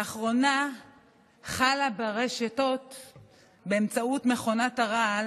לאחרונה חלה ברשתות, באמצעות מכונת הרעל,